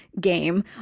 game